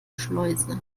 schleuse